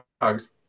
drugs